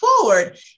forward